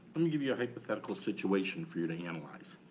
let me give you a hypothetical situation for you to analyze.